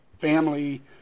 family